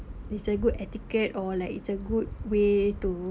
it's a good etiquette or like it's a good way to